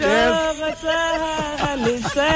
Yes